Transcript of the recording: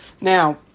Now